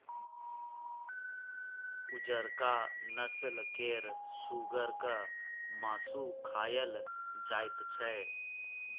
उजरका नस्ल केर सुगरक मासु खाएल जाइत छै